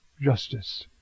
justice